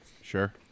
Sure